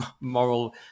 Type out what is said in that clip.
moral